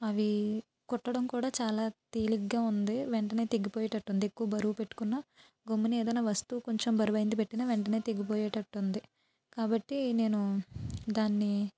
అవీ కుట్టడం కూడా చాలా తేలిగ్గా ఉంది వెంటనే తెగిపోయేటట్టుంది ఎక్కువ బరువు పెట్టుకున్నా గొమ్మునేదనా వస్తువు కొంచెం బరువైంది పెట్టినా వెంటనే తెగిపోయేటట్టుంది కాబట్టి నేనూ దాన్నీ